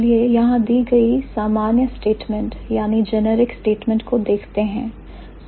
चलिए यहां दी गई सामान्य स्टेटमेंट को देखते हैं